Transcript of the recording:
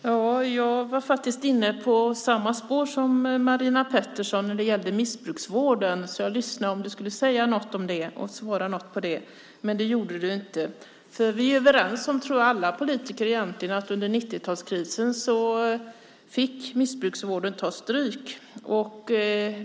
Fru talman! Jag var inne på samma spår som Marina Pettersson när det gällde missbrukarvården och lyssnade därför om Magdalena Andersson skulle säga eller svara någonting där, men det gjorde du inte. Jag tror att alla vi politiker är överens om att missbrukarvården under 90-talskrisen fick ta stryk.